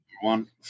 one